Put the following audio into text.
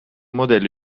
modello